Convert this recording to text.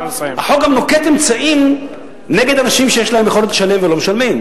החוק גם נוקט אמצעים נגד אנשים שיש להם יכולת לשלם והם לא משלמים.